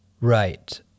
Right